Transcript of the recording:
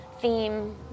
theme